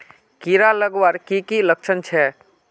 कीड़ा लगवार की की लक्षण छे?